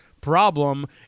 problem